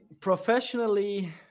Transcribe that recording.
professionally